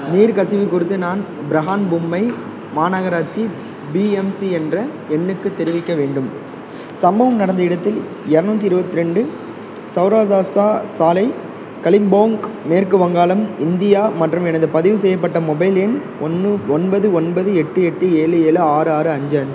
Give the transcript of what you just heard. நீர் கசிவு குறித்து நான் பிரஹான்மும்பை மாநகராட்சி பிஎம்சி என்ற எண்ணுக்கு தெரிவிக்க வேண்டும் சம்பவம் நடந்த இடத்தில் இரநூத்தி இருபத்தி ரெண்டு சௌராதாஸ்தா சாலை கலிம்போங் மேற்கு வங்காளம் இந்தியா மற்றும் எனது பதிவு செய்யப்பட்ட மொபைல் எண் ஒன்று ஒன்பது ஒன்பது எட்டு எட்டு ஏழு ஏழு ஆறு ஆறு அஞ்சு அஞ்சு